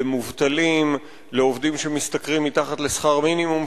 למובטלים, לעובדים שמשתכרים מתחת לשכר מינימום?